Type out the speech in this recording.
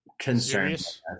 concerns